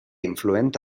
influent